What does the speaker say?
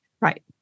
Right